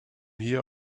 here